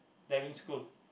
diving school